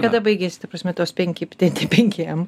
kada baigiasi ta prasme tos penki penki penki m